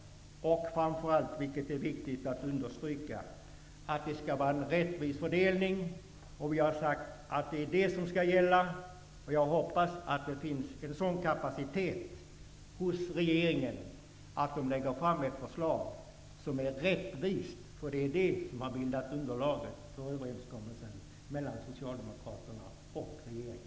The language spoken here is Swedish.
Framför allt, vilket är viktigt att understryka, skall det vara en rättvis fördelning. Jag hoppas att det finns en sådan kapacitet hos regeringen att den lägger fram ett förslag som är rättvist, för det är detta som har bildat underlaget för överenskommelsen mellan Socialdemokraterna och regeringen.